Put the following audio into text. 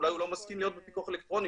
אולי הוא לא מסכים להיות בפיקוח אלקטרוני